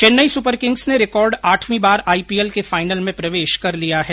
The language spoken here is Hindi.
चैन्नई सुपरकिंग्स ने रिकॉर्ड आठवी बार आईपीएल के फाइनल में प्रवेश कर लिया है